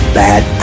bad